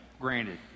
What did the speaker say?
Granted